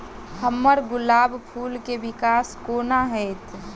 हम्मर गुलाब फूल केँ विकास कोना हेतै?